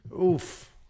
Oof